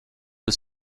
was